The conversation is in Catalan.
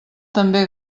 també